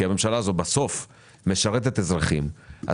כי בסוף הממשלה הזאת משרתת אזרחים,